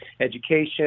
education